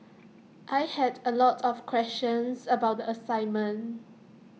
I had A lot of questions about the assignment